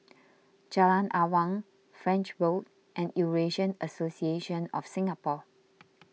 Jalan Awang French Road and Eurasian Association of Singapore